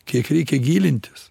kiek reikia gilintis